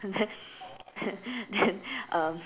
and then and then um